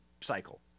cycle